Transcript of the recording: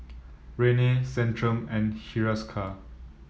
Rene Centrum and Hiruscar